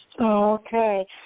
Okay